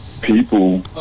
People